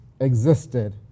existed